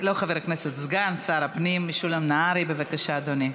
סגן שר הפנים משולם נהרי, בבקשה, אדוני.